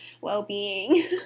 well-being